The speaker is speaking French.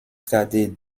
cadet